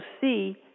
see